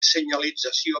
senyalització